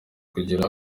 kugira